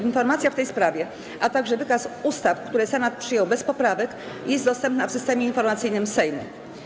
Informacja w tej sprawie, a także wykaz ustaw, które Senat przyjął bez poprawek, jest dostępna w Systemie Informacyjnym Sejmu.